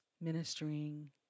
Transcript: ministering